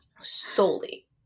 Solely